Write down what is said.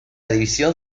división